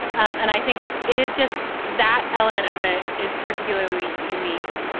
um and i think it it is just that element of it is particularly unique.